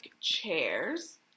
chairs